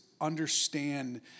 understand